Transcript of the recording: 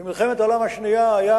במלחמת העולם השנייה היה